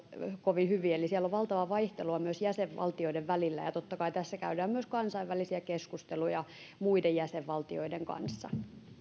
kovin hyvin eli siellä on valtavaa vaihtelua myös jäsenvaltioiden välillä ja totta kai tässä käydään myös kansainvälisiä keskusteluja muiden jäsenvaltioiden kanssa